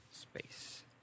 space